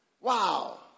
Wow